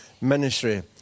ministry